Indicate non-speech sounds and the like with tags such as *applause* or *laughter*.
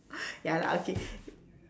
*breath* ya lah okay *breath*